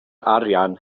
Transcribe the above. arian